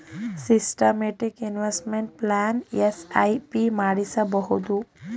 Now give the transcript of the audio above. systematic investment plan SIP ಮಾಡಿಸಬಹುದು